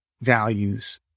values